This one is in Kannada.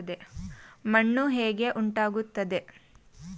ಮಣ್ಣು ಹೇಗೆ ಉಂಟಾಗುತ್ತದೆ?